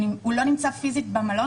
הוא לא נמצא פיזית במלון,